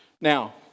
Now